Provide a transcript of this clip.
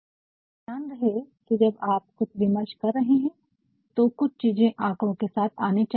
परन्तु ध्यान रहे कि जब आप कुछ विमर्श कर रहे है तो कुछ चीज़े आकड़ों के साथ आनी चाहिए